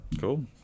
Cool